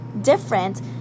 different